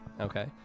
Okay